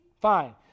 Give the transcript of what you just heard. fine